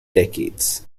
decades